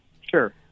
Sure